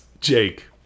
jake